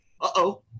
Uh-oh